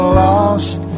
lost